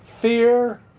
fear